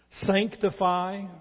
sanctify